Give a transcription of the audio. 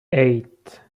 eight